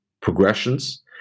progressions